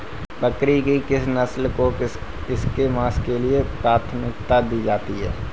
बकरी की किस नस्ल को इसके मांस के लिए प्राथमिकता दी जाती है?